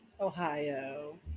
Ohio